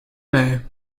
may